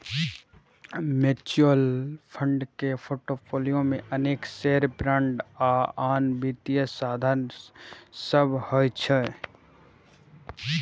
mutual fund के portfolio मे अनेक शेयर, बांड आ आन वित्तीय साधन सभ होइ छै